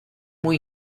muy